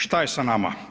Šta je sa nama?